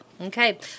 okay